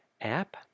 app